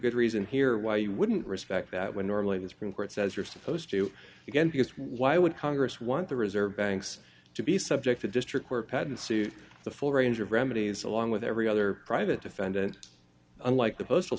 good reason here why you wouldn't respect that when normally the supreme court says you're supposed to again because why would congress want the reserve banks to be subject to district where patents to the full range of remedies along with every other private defendant unlike the postal